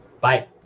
Bye